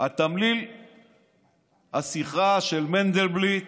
תמליל השיחה של מנדלבליט